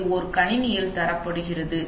இது ஒரு கணினியில் தரப்படுகிறது